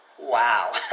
wow